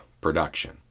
production